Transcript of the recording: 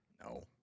No